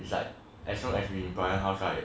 it's like as long as we in brian house right